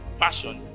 passion